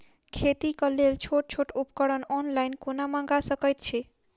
खेतीक लेल छोट छोट उपकरण ऑनलाइन कोना मंगा सकैत छी?